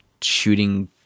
shooting